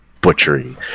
butchery